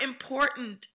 important